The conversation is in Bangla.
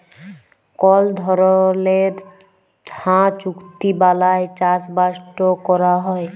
কল ধরলের হাঁ চুক্তি বালায় চাষবাসট ক্যরা হ্যয়